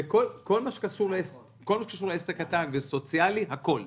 כל מה שקשור לעסק קטן וסוציאלי הכל.